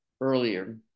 earlier